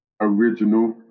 original